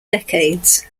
decades